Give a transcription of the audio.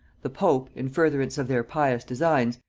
the pope, in furtherance of their pious designs,